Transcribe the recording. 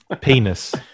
Penis